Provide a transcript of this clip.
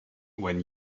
when